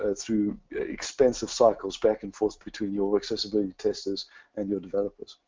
ah through expensive cycles, back and forth between your accessibility testers and your developers.